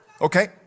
Okay